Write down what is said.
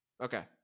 Okay